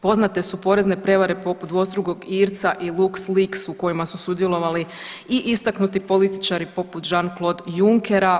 Poznate su porezne prijevare poput dvostrukog Irca i Lux Leaks u kojima su sudjelovali i istaknuti političari poput Jean Claude Junckera.